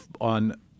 on